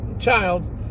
child